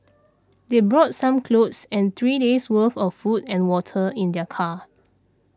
they brought some clothes and three days' worth of food and water in their car